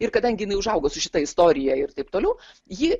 ir kadangi jinai užaugo su šita istorija ir taip toliau ji